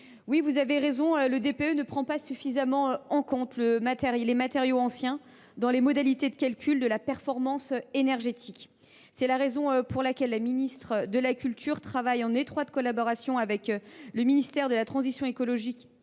Vous avez raison, le DPE ne prend pas suffisamment en compte les matériaux anciens dans les modalités de calcul de la performance énergétique. C’est la raison pour laquelle la ministre de la culture travaille en étroite collaboration avec le ministère de la transition écologique